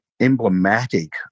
emblematic